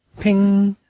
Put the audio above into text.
ping!